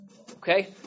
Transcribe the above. Okay